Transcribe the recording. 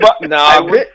No